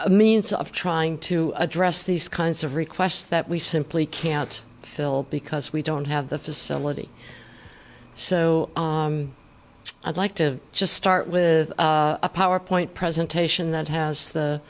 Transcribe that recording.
h means of trying to address these kinds of requests that we simply can't fill because we don't have the facility so i'd like to just start with a power point presentation that has the